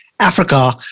Africa